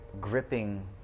gripping